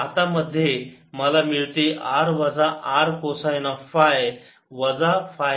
आत मध्ये मला मिळते R वजा r कोसाइन ऑफ फाय वजा फाय प्राईम जे आहे z दिशेमध्ये